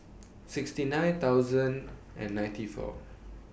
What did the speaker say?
sixty nine thousand and ninety four